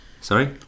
Sorry